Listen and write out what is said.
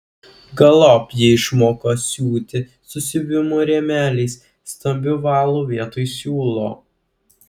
galop ji išmoko siūti su siuvimo rėmeliais stambiu valu vietoj siūlo